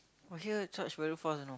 !wah! here charged very fast you know